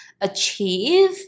achieve